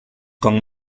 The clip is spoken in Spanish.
con